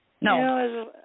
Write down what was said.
No